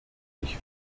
ich